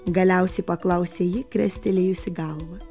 galiausiai paklausė ji krestelėjusi galvą